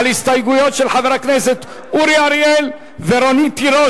על הסתייגויות של חבר הכנסת אורי אריאל ורונית תירוש.